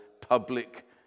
public